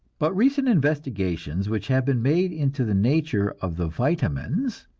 but recent investigations which have been made into the nature of the vitamines,